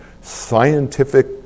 scientific